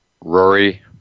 Rory